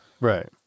Right